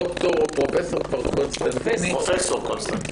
פרופ' קונסטנטיני,